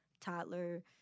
toddler